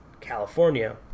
California